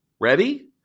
ready